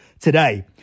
today